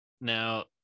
now